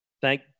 Thank